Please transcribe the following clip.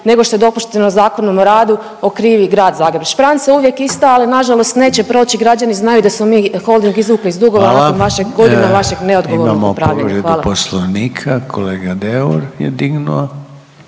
nego što je dopušteno Zakonom o radu, okrivi Grad Zagreb. Špranca je uvijek ista, ali nažalost neće proći, građani znaju da smo mi Holding izvukli iz dugova… .../Upadica: Hvala./... nakon vašeg, godina vašeg neodgovornog upravljanja. Hvala. **Reiner, Željko (HDZ)** Imamo povredu Poslovnika, kolega Deur je dignuo.